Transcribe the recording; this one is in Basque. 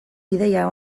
ideia